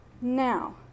now